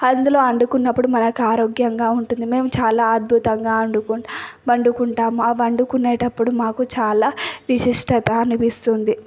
అందులో వండుకున్నప్పుడు మనకు ఆరోగ్యంగా ఉంటుంది మేము చాలా అద్భుతంగా వండుకుంటా వండుకుంటాం వండుకునేటప్పుడు మాకు చాలా విశిష్టత అనిపిస్తుంది